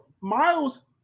Miles